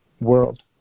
world